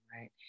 Right